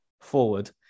forward